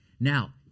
Now